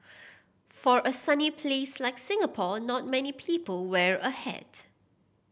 for a sunny place like Singapore not many people wear a hat